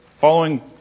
following